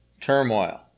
turmoil